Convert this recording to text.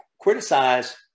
criticize